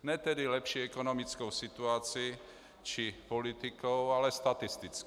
Ne tedy lepší ekonomickou situací či politikou, ale statisticky.